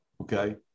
okay